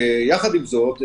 יחד עם זאת,